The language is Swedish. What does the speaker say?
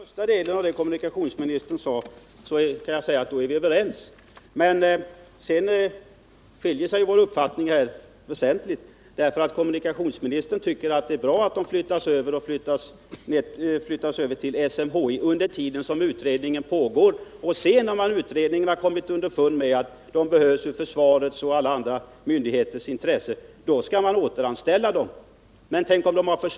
Herr talman! När det gäller den första delen av vad kommunikationsministern sade är vi överens, men sedan skiljer sig våra uppfattningar väsentligt. Kommunikationsministern tycker att det är bra att dessa tjänstemän flyttas över till SMHI under den tid som utredningen pågår. När sedan utredningen kommit underfund med att de behövs i försvarets och alla andra myndig heters intresse skall man återanställa dem. Men tänk om de försvunnit därför.